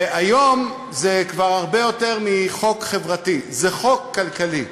והיום זה כבר הרבה יותר מחוק חברתי, זה חוק כלכלי.